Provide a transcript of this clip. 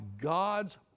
God's